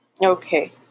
Okay